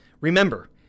Remember